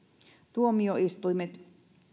tuomioistuimet